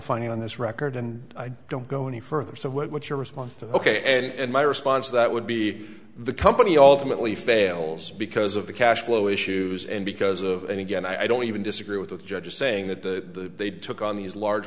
finding on this record and i don't go any further so what's your response ok and my response to that would be the company alternately fails because of the cash flow issues and because of any again i don't even disagree with the judge saying that the they took on these large